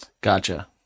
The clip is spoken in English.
gotcha